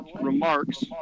remarks